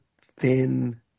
thin